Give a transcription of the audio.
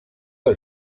del